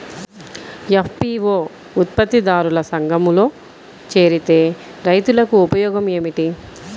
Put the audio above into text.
FPO ఉత్పత్తి దారుల సంఘములో చేరితే రైతులకు ఉపయోగము ఏమిటి?